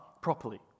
properly